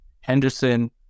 Henderson